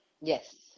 Yes